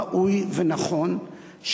ראוי ונכון,